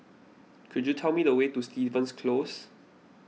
could you tell me the way to Stevens Close